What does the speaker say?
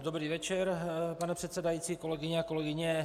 Dobrý večer, pane předsedající, kolegyně a kolegové.